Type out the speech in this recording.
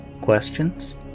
questions